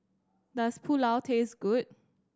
does Pulao taste good